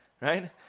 right